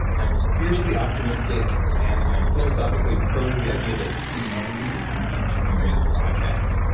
i'm fiercely optimistic, and i'm philosophically pro to the idea that humanity is an engineering project.